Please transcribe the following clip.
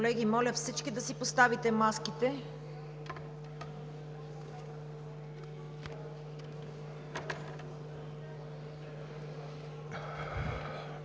Колеги, моля всички да си поставите маските.